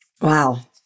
Wow